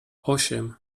osiem